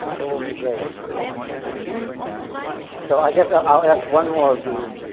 it will be great. we all look forward to it immensely. so i guess i'll ask one more of these,